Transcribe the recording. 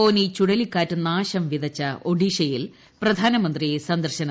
ഫോനി ചുഴലിക്കാറ്റ് നാശം വിതച്ച ഒഡീഷയിൽ പ്രധാനമന്ത്രി സന്ദർശനം നടത്തി